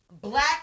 black